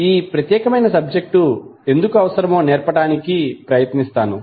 ఈ ప్రత్యేకమైన సబ్జెక్టు ఎందుకు అవసరమో నేర్పడానికి ప్రయత్నిస్తాను